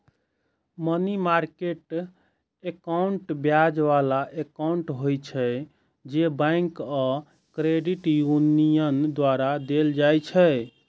money market account ब्याज बला account होइ छै, जे बैंक आ क्रेडिट यूनियन द्वारा देल जाइ छै